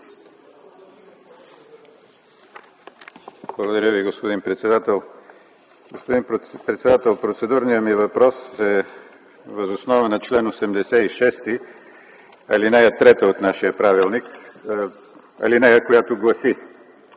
Благодаря Ви, господин председател. Господин председател, процедурният ми въпрос е въз основа на чл. 86, ал. 3 от нашия правилник, която гласи